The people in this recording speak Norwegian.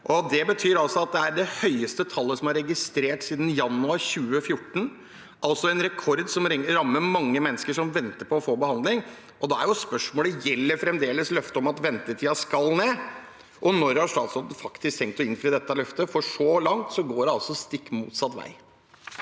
Det betyr at det er det høyeste tallet som er registrert siden januar 2014, altså en rekord som rammer mange mennesker som venter på å få behandling. Da er spørsmålet: Gjelder fremdeles løftet om at ventetiden skal ned, og når har statsråden faktisk tenkt å innfri dette løftet? Så langt går det altså stikk motsatt vei.